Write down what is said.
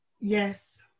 Yes